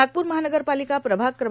नागपूर महानगरपाालका प्रभाग क्र